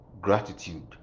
gratitude